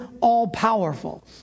all-powerful